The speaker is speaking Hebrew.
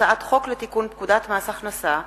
הצעת חוק לתיקון פקודת מס הכנסה (מס'